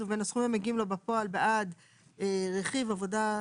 ובין הסכומים המגיעים לו בפועל בעד רכיב עבודה,